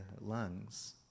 lungs